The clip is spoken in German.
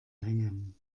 hängen